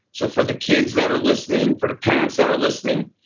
so for the kids that are listening, for the parents that are listening,